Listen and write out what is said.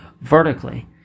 vertically